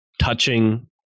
touching